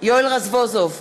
יואל רזבוזוב,